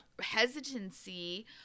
hesitancy